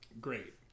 Great